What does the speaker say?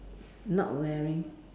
not wearing